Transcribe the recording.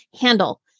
handle